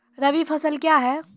रबी फसल क्या हैं?